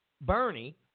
Bernie